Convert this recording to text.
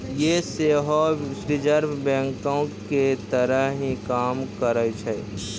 यें सेहो रिजर्व बैंको के तहत ही काम करै छै